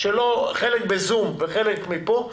חלק בזום, וחלק פה.